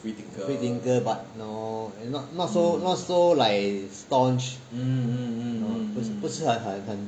free thinker but no not so not so like staunch 不是很